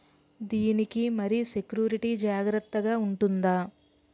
దీని కి మరి సెక్యూరిటీ జాగ్రత్తగా ఉంటుందా?